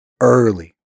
Early